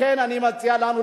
לכן אני מציע לנו,